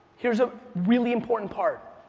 here's a really important part.